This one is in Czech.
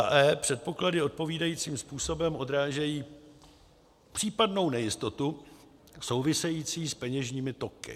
e) předpoklady odpovídajícím způsobem odrážejí případnou nejistotu související s peněžními toky.